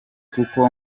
kuko